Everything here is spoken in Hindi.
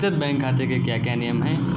बचत बैंक खाते के क्या क्या नियम हैं?